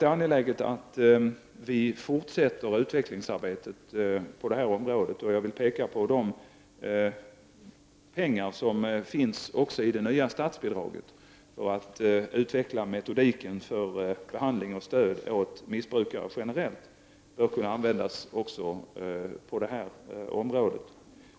Det är angeläget att utvecklingsarbetet på detta område fortsätter. Jag vill peka på de pengar som finns också i det nya statsbidraget för att utveckla metodiken för behandling av och stöd för missbrukare generellt. Dessa pengar bör kunna användas även på detta område.